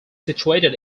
situated